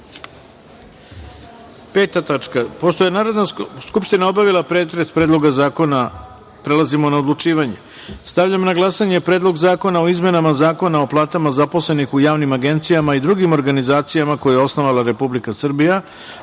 reda. Pošto je Narodna skupština obavila pretres Predloga zakona, prelazimo na odlučivanje. Stavljam na glasanje Predlog zakona o izmenama Zakona o platama zaposlenih u javnim agencijama i drugim organizacijama koje je osnovala Republika Srbija,